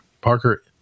Parker